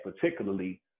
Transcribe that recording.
particularly